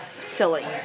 silly